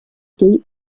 gate